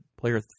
player